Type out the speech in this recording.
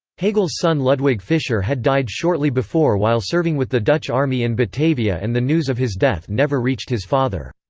hegel's son ludwig fischer had died shortly before while serving with the dutch army in batavia and the news of his death never reached his father.